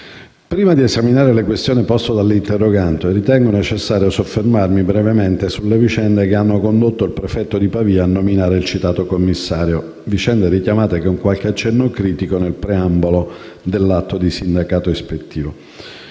Prima di esaminare le questioni poste dall'interrogante, ritengo necessario soffermarmi brevemente sulle vicende che hanno condotto il prefetto di Pavia a nominare il citato commissario; vicende richiamate con qualche accenno critico nel preambolo dell'atto di sindacato ispettivo.